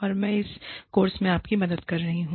और मैं इस कोर्स में आपकी मदद कर रही हूं